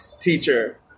teacher